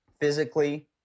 Physically